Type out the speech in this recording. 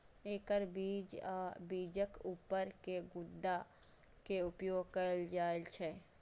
एकर बीज आ बीजक ऊपर के गुद्दा के उपयोग कैल जाइ छै